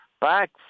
Back